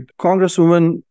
Congresswoman